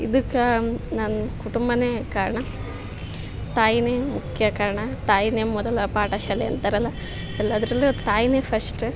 ಇದಕ್ಕ ನನ್ನ ಕುಟುಂಬನೇ ಕಾರಣ ತಾಯಿನೇ ಮುಖ್ಯ ಕಾರಣ ತಾಯಿನೇ ಮೊದಲ ಪಾಠ ಶಾಲೆ ಅಂತಾರಲ್ಲ ಎಲ್ಲಾದರಲ್ಲೂ ತಾಯಿನೇ ಫಸ್ಟು